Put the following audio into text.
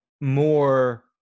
more